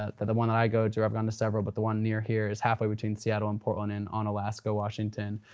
ah the the one that i go to, i've gone to several, but the one near here is halfway between seattle and portland in onalaska, washington.